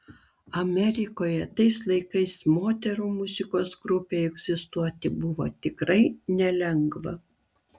amerikoje tais laikais moterų muzikos grupei egzistuoti buvo tikrai nelengva